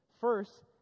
First